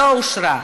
לא אושרה.